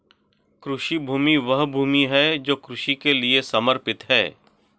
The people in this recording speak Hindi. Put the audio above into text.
कृषि भूमि वह भूमि है जो कृषि के लिए समर्पित है